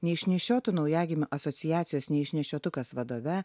neišnešiotų naujagimių asociacijos neišnešiotukas vadove